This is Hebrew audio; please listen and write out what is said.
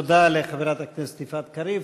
תודה לחברת הכנסת יפעת קריב.